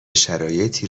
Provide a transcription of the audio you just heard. شرایطی